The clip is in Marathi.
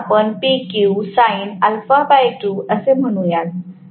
म्हणून आपण असं म्हणूयात